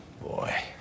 Boy